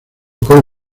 con